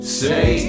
say